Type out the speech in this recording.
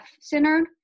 centered